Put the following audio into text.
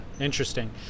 interesting